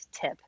tip